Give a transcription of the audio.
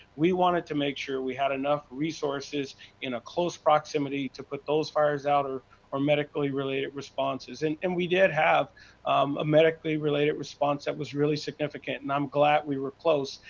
we wanted to make sure we had enough resources in a close proximity to put those fires out or for medically related responses. and and we did have um a medically related response that was really significant and i'm glad we were close,